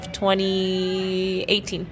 2018